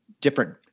different